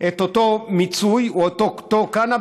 את אותו מיצוי או אותו קנאביס,